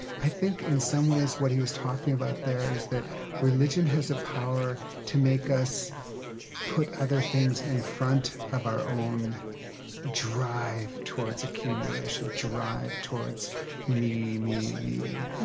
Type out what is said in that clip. i think, in some ways, what he was talking about there is that religion has a power to make us put other things in front of our own drive towards accumulation, drive towards me, me, me.